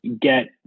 get